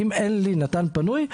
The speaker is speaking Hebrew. אם אין לי נט"ן פנוי,